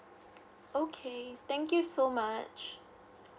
okay thank you so much